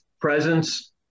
presence